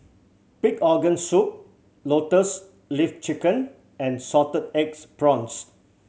pig organ soup Lotus Leaf Chicken and salted eggs prawns